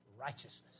righteousness